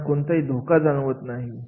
त्यांना कोणताही धोका जाणवत नाही